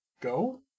go